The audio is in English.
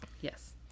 Yes